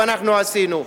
ואנחנו עשינו.